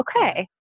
okay